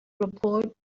report